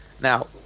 Now